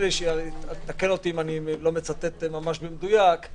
תקן אותי אם אני לא מצטט ממש במדויק: